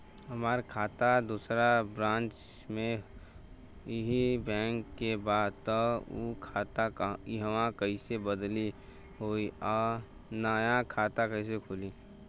हमार खाता दोसर ब्रांच में इहे बैंक के बा त उ खाता इहवा कइसे बदली होई आ नया खाता कइसे खुली?